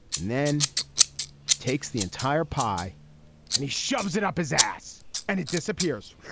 and then he takes the entire pie and he shoves it up his ass and it disappears